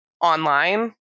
online